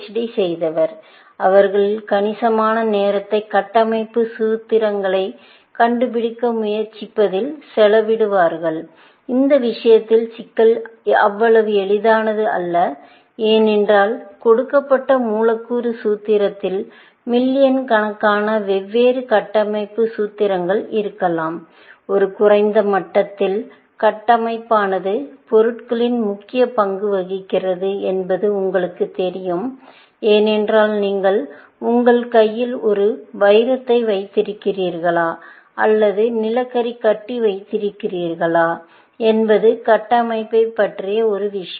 hd செய்தவர்கள் அவர்களின் கணிசமான நேரத்தை கட்டமைப்பு சூத்திரங்களைக் கண்டுபிடிக்க முயற்சிப்பதில் செலவிடுகிறார்கள் இந்த விஷயதில் சிக்கல் அவ்வளவு எளிதானது அல்ல ஏனென்றால் கொடுக்கப்பட்ட மூலக்கூறு சூத்திரத்தில் மில்லியன் கணக்கான வெவ்வேறு கட்டமைப்பு சூத்திரங்கள் இருக்கலாம் ஒரு குறைந்த மட்டத்தில் கட்டமைப்பானது பொருட்களில் முக்கிய பங்கு வகிக்கிறது என்பது உங்களுக்கு தெரியும் ஏனென்றால் நீங்கள் உங்கள் கையில் ஒரு வைரத்தை வைத்திருக்கிறீர்களா அல்லது நிலக்கரி கட்டி வைத்திருக்கிறீர்களா என்பது கட்டமைப்பை பற்றிய ஒரு விஷயம்